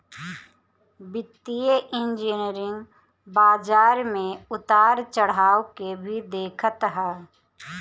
वित्तीय इंजनियरिंग बाजार में उतार चढ़ाव के भी देखत हअ